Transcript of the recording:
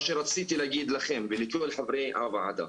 מה שרציתי להגיד לכם ולכל חברי הוועדה,